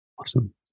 Awesome